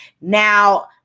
Now